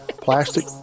Plastic